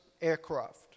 aircraft